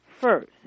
First